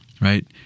Right